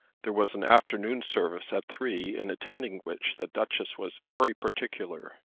there was an afternoon service at three in attending which the duchess was very particular.